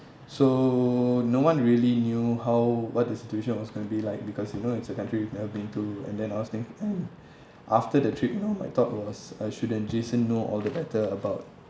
so no one really knew how what the situation was going to be like because you know it's a country we've never been to and then I was thinking and after the trip you know my thought was like shouldn't jason know all the better about